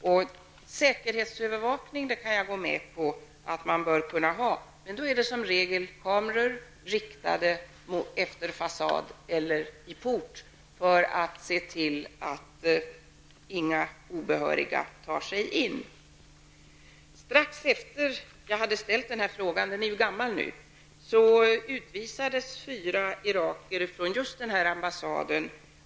Jag kan gå med på att det bör finnas möjligheter till säkerhetsövervakning, men då är det som regel fråga om kameror som riktas utefter en fasad eller som finns i en port i syfte att se till att inga obehöriga tar sig in. Strax efter det att jag hade ställt min fråga -- den är ju gammal nu -- utvisades fyra irakier från just den här ambassaden.